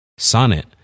Sonnet